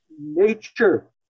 nature